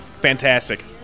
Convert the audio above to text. Fantastic